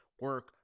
Work